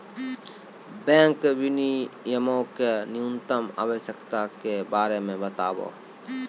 bank विनियमो के न्यूनतम आवश्यकता के बारे मे बताबो